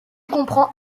comprend